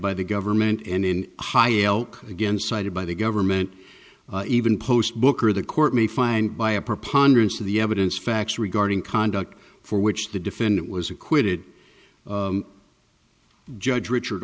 by the government and in ohio again cited by the government even post book or the court may find by a preponderance of the evidence facts regarding conduct for which the defendant was acquitted judge richard